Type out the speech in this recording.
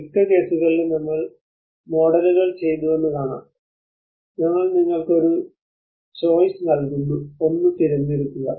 മിക്ക കേസുകളിലും നമ്മൾ മോഡലുകൾ ചെയ്തുവെന്ന് കാണാം ഞങ്ങൾ നിങ്ങൾക്ക് ഒരു ചോയ്സ് നൽകുന്നു ഒന്ന് തിരഞ്ഞെടുക്കുക